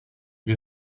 wir